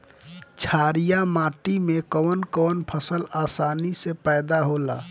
छारिया माटी मे कवन कवन फसल आसानी से पैदा होला?